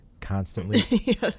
constantly